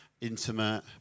intimate